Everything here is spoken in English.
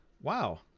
Wow